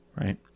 right